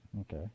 Okay